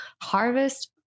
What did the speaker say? Harvest